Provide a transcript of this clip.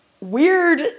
Weird